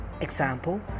Example